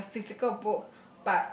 on a physical boat